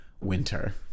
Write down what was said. winter